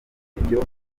ibyo